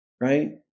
right